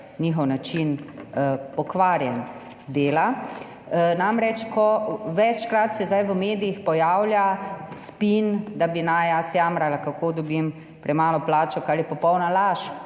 njihov pokvarjeni način dela. Namreč, večkrat se zdaj v medijih pojavlja spin, da naj bi jaz jamrala, kako dobim premalo plačo, kar je popolna laž!